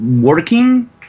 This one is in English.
Working